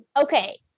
Okay